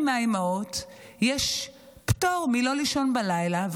מהאימהות יש פטור מלא לישון בלילה,